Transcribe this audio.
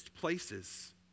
places